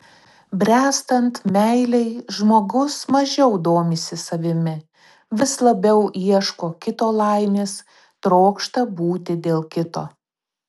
bręstant meilei žmogus mažiau domisi savimi vis labiau ieško kito laimės trokšta būti dėl kito